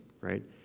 right